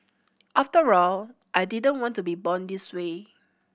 after all I didn't want to be born this way